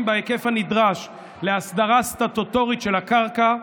בהיקף הנדרש להסדרה סטטוטורית של הקרקע,